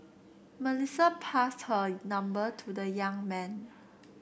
Melissa passed her number to the young man